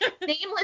nameless